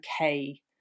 okay